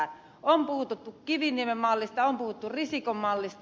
on puhuttu kiviniemen mallista on puhuttu risikon mallista